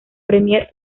premier